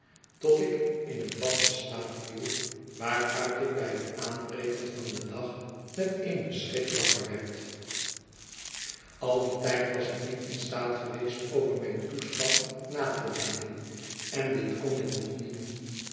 tot ik in een vasten slaap viel waaruit ik bij het aanbreken van den dag met een schrik wakker werd al dien tijd was ik niet in staat geweest over mijn toestand na te denken en dit kon ik nog niet doen